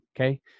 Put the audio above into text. Okay